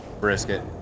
brisket